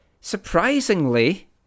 surprisingly